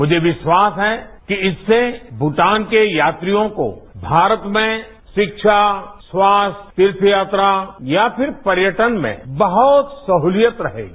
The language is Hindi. मुझे विश्वास है कि इससे भूटान के यात्रियों को भारत में शिक्षा स्वास्थ तीर्थ यात्रा या फिर पर्यटन में बहुत सहूलियत रहेगी